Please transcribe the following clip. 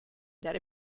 that